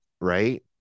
right